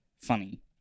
Funny